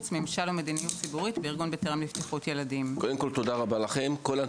שלושת הילדים שטבעו למוות רק בחודש אפריל.